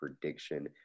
prediction